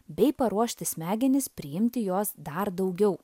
bei paruošti smegenis priimti jos dar daugiau